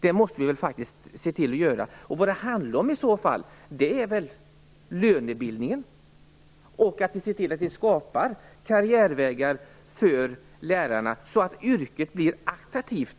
Vad det i så fall handlar om är väl lönebildningen och att det skapas karriärvägar för lärarna, så att läraryrket återigen blir attraktivt.